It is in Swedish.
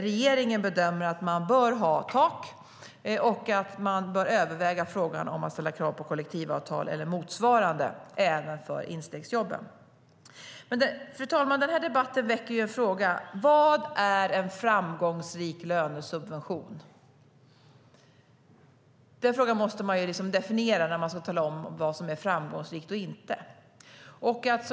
Regeringen bedömer att man bör ha tak och att man bör överväga frågan om att ställa krav på kollektivavtal eller motsvarande även för instegsjobben. Fru talman! Den här debatten väcker en fråga: Vad är en framgångsrik lönesubvention? Det måste man definiera när man ska tala om vad som är framgångsrikt och inte.